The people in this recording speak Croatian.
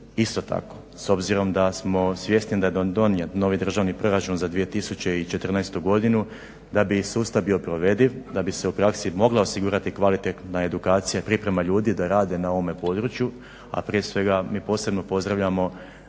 Isto tako, s obzirom da smo svjesni da je donijet novi Državni proračun za 2014. godinu da bi i sustav bio provediv, da bi se u praksi mogla osigurati kvalitetna edukacija, priprema ljudi da rade na ovome području, a prije svega mi posebno pozdravljamo